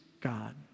God